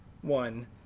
one